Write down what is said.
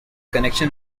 connection